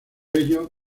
ello